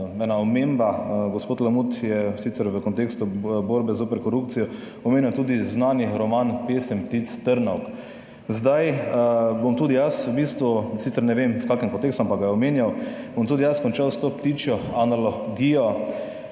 ena omemba, gospod Lamut je sicer v kontekstu borbe zoper korupcijo omenil tudi znani roman Pesem ptic trnovk. Zdaj, bom tudi jaz v bistvu, sicer ne vem v kakšnem kontekstu, ampak ga je omenjal, bom tudi jaz končal s to ptičjo analogijo.